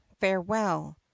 farewell